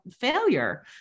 failure